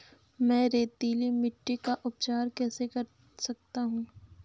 मैं रेतीली मिट्टी का उपचार कैसे कर सकता हूँ?